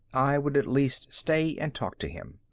i would at least stay and talk to him.